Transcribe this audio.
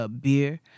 beer